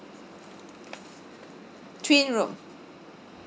twin room